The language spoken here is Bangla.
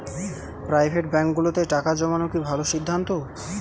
প্রাইভেট ব্যাংকগুলোতে টাকা জমানো কি ভালো সিদ্ধান্ত?